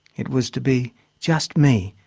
it was to be just me,